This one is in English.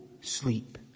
sleep